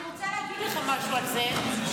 אני רוצה להגיד לך משהו על זה.